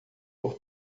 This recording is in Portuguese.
por